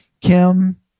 Kim